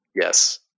Yes